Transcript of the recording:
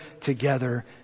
together